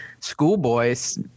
Schoolboy's